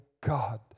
God